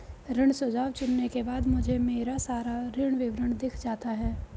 ऋण सुझाव चुनने के बाद मुझे मेरा सारा ऋण विवरण दिख जाता है